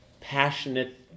passionate